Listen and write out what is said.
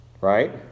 Right